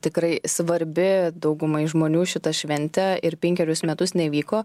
tikrai svarbi daugumai žmonių šita šventė ir penkerius metus nevyko